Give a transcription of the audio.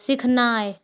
सीखनाइ